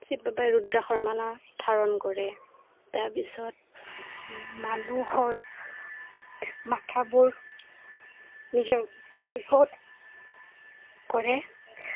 শিৱ বাবাই ৰুদ্ৰাক্ষ মালা ধাৰণ কৰে তাৰ পিছত মানুহৰ মাথাবোৰ নিজৰ দেহত কৰে